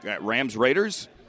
Rams-Raiders